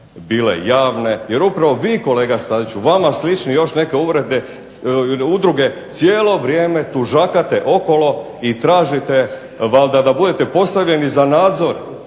bile javne jer upravi vi kolega Staziću i vama slični još neke udruge cijelo vrijeme tužakate okolo i tražite valjda da budete postavljeni za nadzor